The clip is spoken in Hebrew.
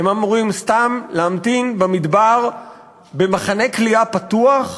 הם אמורים סתם להמתין במדבר במחנה כליאה פתוח?